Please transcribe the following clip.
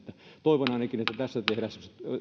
toivon ainakin että tässä